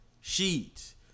sheets